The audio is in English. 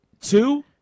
two